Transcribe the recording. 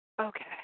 Okay